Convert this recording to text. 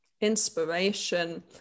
Inspiration